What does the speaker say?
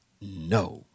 no